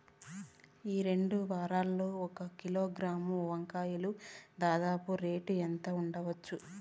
ఈ రెండు వారాల్లో ఒక కిలోగ్రాము వంకాయలు దాదాపు రేటు ఎంత ఉండచ్చు?